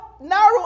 narrow